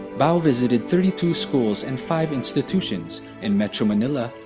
bow visited thirty two schools and five institutions, in metro manila,